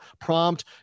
prompt